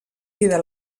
queda